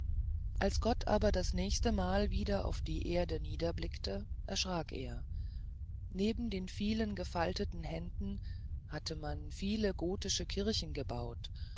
als gott aber das nächste mal wieder auf die erde niederblickte erschrak er neben den vielen gefalteten händen hatte man viele gotische kirchen gebaut